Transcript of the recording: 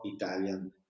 Italian